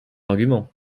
argument